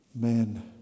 Man